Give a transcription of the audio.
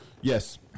Yes